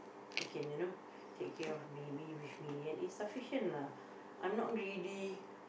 who can you know take care of me be with me and it's sufficient lah I'm not greedy